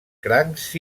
crancs